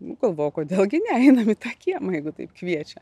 nu galvoju kodėl gi ne einam į tą kiemą jeigu taip kviečia